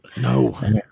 no